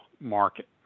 market